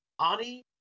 Ani